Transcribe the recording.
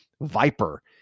viper